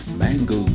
mango